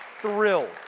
thrilled